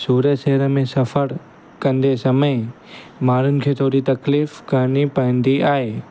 सूरत शहर में सफ़रु कंदे समय माण्हुनि खे थोरी तकलीफ़ करिणी पवंदी आहे